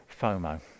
FOMO